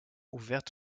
ouverte